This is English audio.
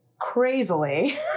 crazily